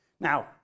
Now